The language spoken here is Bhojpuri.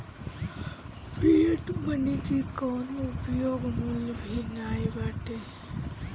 फ़िएट मनी के कवनो उपयोग मूल्य भी नाइ बाटे